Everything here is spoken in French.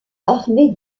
armée